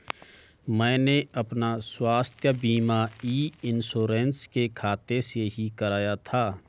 मैंने अपना स्वास्थ्य बीमा ई इन्श्योरेन्स के खाते से ही कराया था